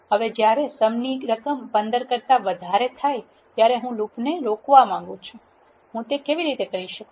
હવે જ્યારે sum ની રકમ 15 કરતા વધારે થાય ત્યારે હું લૂપને રોકવા માંગું છું હું તે કેવી રીતે કરી શકું